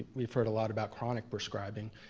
we've heard a lot about chronic prescribing.